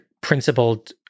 principled